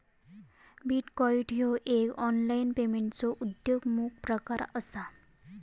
bitcoin ह्यो एक online पेमेंटचो उद्योन्मुख प्रकार असा